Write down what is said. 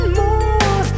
more